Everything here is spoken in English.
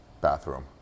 bathroom